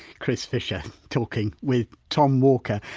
whitechris fisher talking with tom walker.